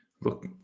look